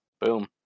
boom